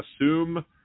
assume